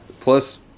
Plus